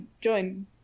join